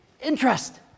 Interest